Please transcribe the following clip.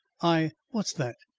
i what's that?